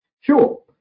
Sure